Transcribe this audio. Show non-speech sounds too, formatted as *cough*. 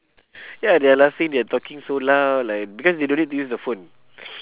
ya they're laughing they're talking so loud like because they don't need to use the phone *noise*